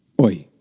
oi